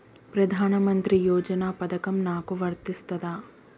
ప్రధానమంత్రి యోజన పథకం నాకు వర్తిస్తదా?